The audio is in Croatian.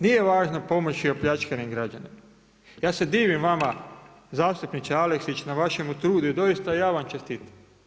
Nije važno pomoći i opljačkanim građanima, ja se divim vama zastupniče Aleksić na vašemu trudu i doista ja vam čestitam.